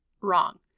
wrong